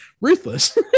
Ruthless